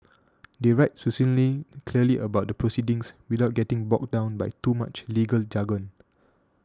they write succinctly and clearly about the proceedings without getting bogged down by too much legal jargon